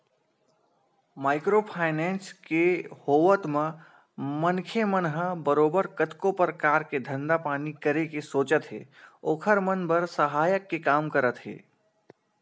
micro finance के होवत म मनखे मन ह बरोबर कतको परकार के धंधा पानी करे के सोचत हे ओखर मन बर सहायक के काम करत हे